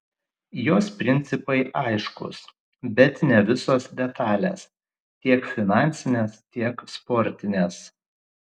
jos principai aiškūs bet ne visos detalės tiek finansinės tiek sportinės